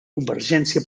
convergència